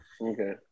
Okay